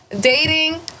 dating